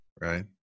right